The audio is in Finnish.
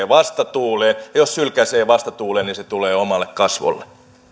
vastatuuleen ja jos sylkäisee vastatuuleen niin se tulee omille kasvoille